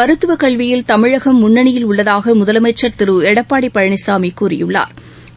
மருத்துவக் கல்வியில் தமிழகம் முன்னணியில் உள்ளதாக முதலமைச்சர் திரு எடப்பாடி பழனிசாமி கூறியுள்ளார்